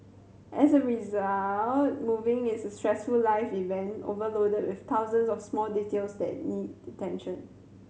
as a result moving is a stressful life event overloaded with thousands of small details that need attention